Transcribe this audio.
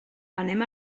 anem